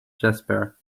jasper